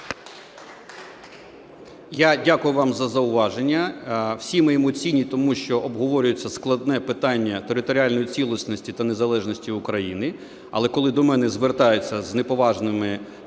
Я дякую вам за зауваження. Всі ми емоційні, тому що обговорюється складне питання територіальної цілісності та незалежності України. Але коли до мене звертаються з неповажними